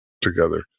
together